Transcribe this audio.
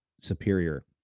superior